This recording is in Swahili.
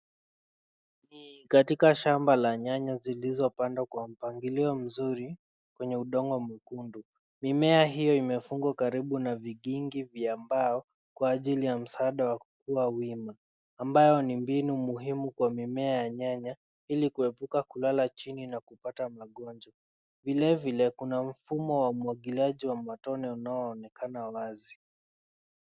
Ni katika shamba la nyanya zilizopandwa kwa mpangilio mzuri kwenye udongo mwekundu. Mimea hiyo imefungwa karibu na vigingi vya mbao kwa ajili ya msaada wa kukua wima, ambayo ni mbinu muhimu kwa mimea ya nyanya ili kuepuka kulala chini na kupata magonjwa. Vile vile kuna mfumo wa umwagiliaji wa matone unaoonekana wazi.